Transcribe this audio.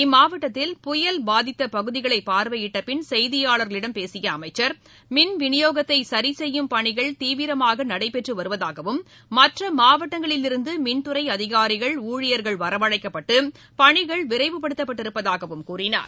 இம்மாவட்டத்தில் புயல் பாதித்தபகுதிகளைபார்வையிட்டபின் செய்தியாளர்களிடம் பேசியஅமைச்சர் மின் விநியோகத்தைசரிசெய்யும் பணிகள் தீவிரமாகநடைபெற்றுவருவதாகவும் மற்றமாவட்டங்களிலிருந்துமின் துறைஅதிகாரிகள் ஊழியர்கள் வரவழைக்கப்பட்டு பணிகள் விரைவுப்படுத்தப்பட்டு இருப்பதாகவும் கூறினார்